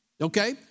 Okay